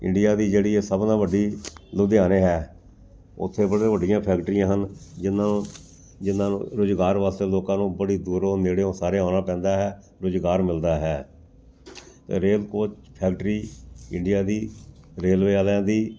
India ਦੀ ਜਿਹੜੀ ਇਹ ਸਭ ਨਾਲੋਂ ਵੱਡੀ ਲੁਧਿਆਣੇ ਹੈ ਉੱਥੇ ਬੜੇ ਵੱਡੀਆਂ ਫੈਕਟਰੀਆਂ ਹਨ ਜਿਨ੍ਹਾਂ ਨੂੰ ਜਿਨ੍ਹਾਂ ਨੂੰ ਰੁਜ਼ਗਾਰ ਵਾਸਤੇ ਲੋਕਾਂ ਨੂੰ ਬੜੀ ਦੂਰੋਂ ਨੇੜਿਓਂ ਸਾਰੇ ਆਉਣਾ ਪੈਂਦਾ ਹੈ ਰੁਜ਼ਗਾਰ ਮਿਲਦਾ ਹੈ ਅਤੇ ਰੇਲ ਕੋਚ ਫੈਕਟਰੀ ਇੰਡੀਆ ਦੀ ਰੇਲਵੇ ਵਾਲਿਆਂ ਦੀ